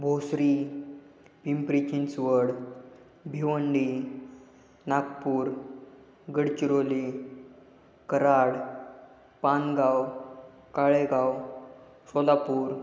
Bhosari Pimpri Chinchwad Bhiwandi Nagpur Gadchiroli Karad Pangaon Kalegaon Solapur